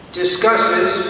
discusses